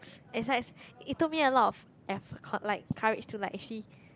it's like it took me a lot of eff~ like courage to like actually